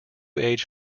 age